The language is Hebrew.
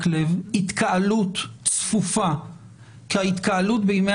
מקלב התקהלות צפופה כמו ההתקהלות בימי